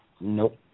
Nope